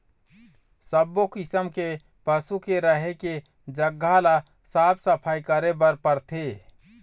सब्बो किसम के पशु के रहें के जघा ल साफ सफई करे बर परथे